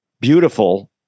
beautiful